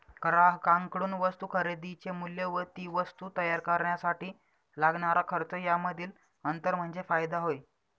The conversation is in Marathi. ग्राहकांकडून वस्तू खरेदीचे मूल्य व ती वस्तू तयार करण्यासाठी लागणारा खर्च यामधील अंतर म्हणजे फायदा होय